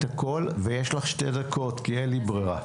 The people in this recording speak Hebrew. יש לך שתי דקות כי אין לי ברירה.